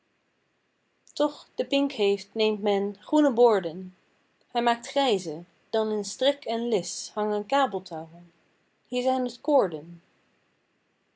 toch de pink heeft meent men groene boorden hij maakt grijze dan in strik en lis hangen kabeltouwen hier zijn t koorden